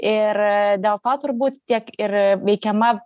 ir dėl to turbūt tiek ir veikiama